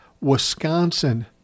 Wisconsin